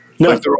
No